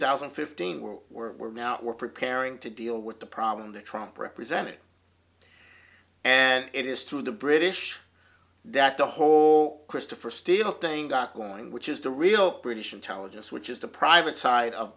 thousand and fifteen world we're now we're preparing to deal with the problem the trump represented and it is through the british that the whole christopher steel thing got going which is the real british intelligence which is the private side of